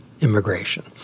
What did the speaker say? immigration